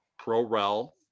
pro-rel